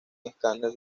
escáner